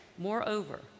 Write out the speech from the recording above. Moreover